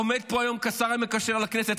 הוא עומד פה היום כשר המקשר לכנסת.